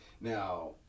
Now